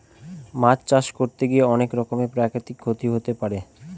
মাছ চাষ করতে গিয়ে অনেক রকমের প্রাকৃতিক ক্ষতি হতে পারে